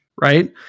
right